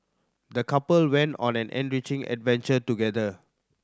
the couple went on an enriching adventure together